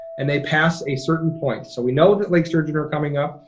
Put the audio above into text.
and they pass a certain point. so we know that lake sturgeon are coming up,